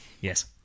Yes